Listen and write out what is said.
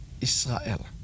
Israel